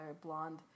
Blonde